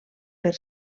per